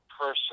person